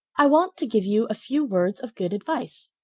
i want to give you a few words of good advice.